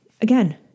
again